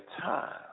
time